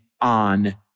on